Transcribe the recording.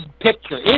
picture